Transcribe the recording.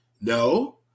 No